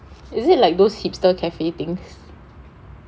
is it like those hipster cafe things